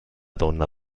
donna